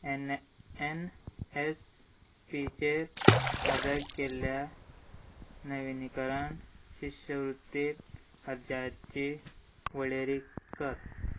N N एसपीचेर सादर केल्ल्या नविनीकरण शिश्यवृत्ती अर्जाची वळेरी कर